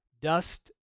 dust